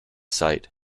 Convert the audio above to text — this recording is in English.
site